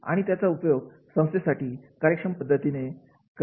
आणि त्याचा उपयोग संस्थेसाठी कार्यक्षम पद्धतीने करतील